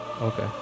okay